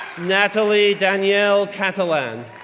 natalie danielle catalan,